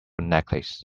necklace